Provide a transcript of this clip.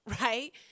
right